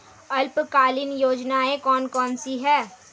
अल्पकालीन योजनाएं कौन कौन सी हैं?